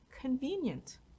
convenient